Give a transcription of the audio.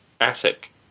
attic